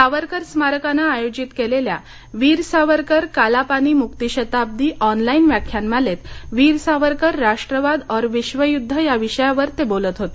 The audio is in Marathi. सावरकर स्मारकानं आयोजित केलेल्या वीर सावरकर काला पानी मुक्ती शताब्दी ऑनलाइन व्याख्यानमालेत वीर सावरकर राष्ट्रवाद और विश्व यूद्ध या विषयावर ते बोलत होते